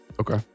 Okay